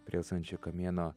priesančio kamieno